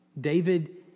David